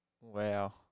Wow